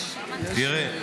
תראה,